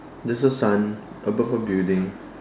there's a sun above a building